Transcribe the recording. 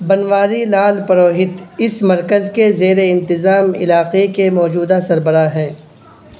بنواری لال پروہت اس مرکز کے زیر انتظام علاقے کے موجودہ سربراہ ہیں